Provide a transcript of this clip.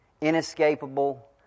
inescapable